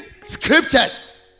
scriptures